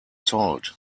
sold